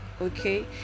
Okay